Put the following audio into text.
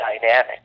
dynamic